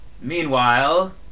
Meanwhile